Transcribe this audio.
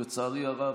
לצערי הרב,